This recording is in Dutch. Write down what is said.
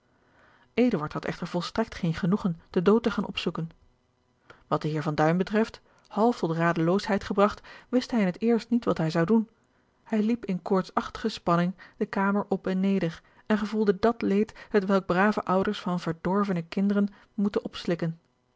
had echter volstrekt geen genoegen den dood te gaan opzoeken wat den heer van duin betreft half tot radeloosheid gebragt wist hij in het eerst niet wat hij zou doen hij liep in koortsachtige spanning de kamer op en neder en gevoelde dàt leed hetwelk brave ouders van verdorvene kinderen moeten opslikken